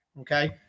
okay